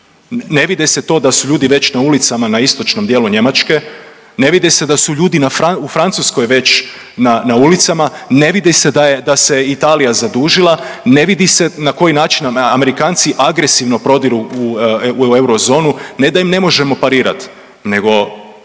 Ne vidi se to da su ljudi već na ulicama na istočnom dijelu Njemačke, ne vidi se da su ljudi u Francuskoj već na ulicama, ne vidi se da se Italija zadužila, ne vidi se na koji način nam Amerikanci agresivno prodiru u eurozonu, ne da im ne možemo parirat nego